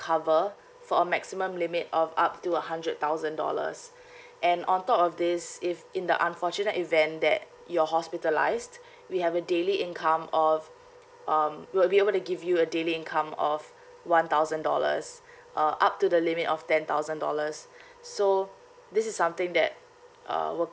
cover for a maximum limit of up to a hundred thousand dollars and on top of this if in the unfortunate event that you're hospitalised we have a daily income of um we'll be able to give you a daily income of one thousand dollars uh up to the limit of ten thousand dollars so this is something that uh we'll